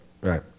right